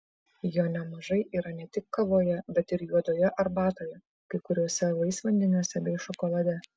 jo nemažai yra ne tik kavoje bet ir juodoje arbatoje kai kuriuose vaisvandeniuose bei šokolade